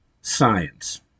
science